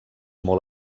molt